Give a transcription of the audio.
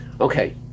okay